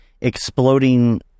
exploding